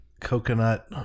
coconut